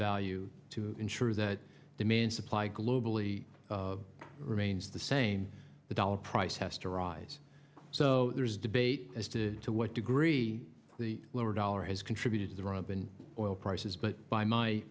value to ensure that demand supply globally remains the same the dollar price has to rise so there's debate as to what degree the lower dollar has contributed to the prices but by my